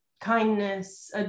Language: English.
kindness